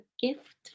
Gift